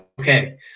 Okay